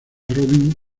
robin